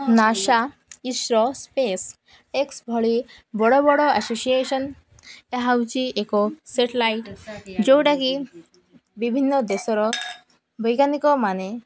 NASA ISRO SpaceX ଭଳି ବଡ଼ ବଡ଼ ଆସୋସିଏସନ୍ ଏହା ହେଉଛି ଏକ ସେଟଲାଇଟ୍ ଯେଉଁଟାକି ବିଭିନ୍ନ ଦେଶର ବୈଜ୍ଞାନିକ ମାନେ